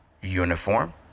uniform